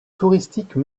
touristique